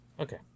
okay